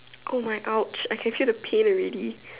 oh my !ouch! I can feel the pain already